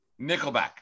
Nickelback